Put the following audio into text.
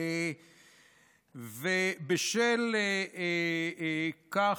בשל כך,